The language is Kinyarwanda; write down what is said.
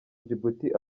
djibouti